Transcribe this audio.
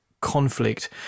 conflict